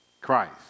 Christ